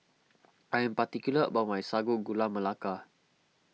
I am particular about my Sago Gula Melaka